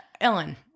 ellen